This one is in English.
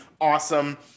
awesome